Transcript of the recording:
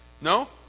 No